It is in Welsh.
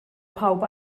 pawb